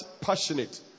passionate